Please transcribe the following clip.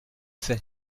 fait